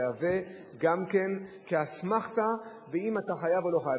יהווה גם כן אסמכתה אם אתה חייב או לא חייב.